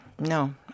no